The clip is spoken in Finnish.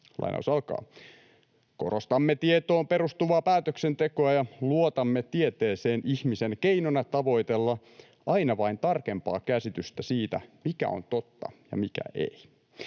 sanottavaa: ”Korostamme tietoon perustuvaa päätöksentekoa ja luotamme tieteeseen ihmisen keinona tavoitella aina vain tarkempaa käsitystä siitä, mikä on totta ja mikä ei.”